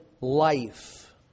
life